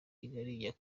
kagari